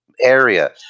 area